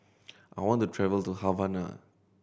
I want to travel to Havana